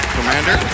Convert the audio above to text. Commander